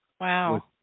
Wow